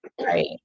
right